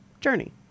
Journey